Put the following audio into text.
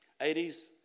80s